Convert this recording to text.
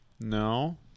No